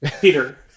Peter